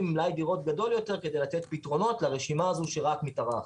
מלאי דירות גדול יותר כדי לתת פתרונות לרשימה הזאת שרק מתארכת.